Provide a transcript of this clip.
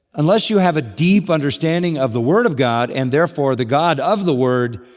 unless you have a deep understanding of the word of god and therefore the god of the word,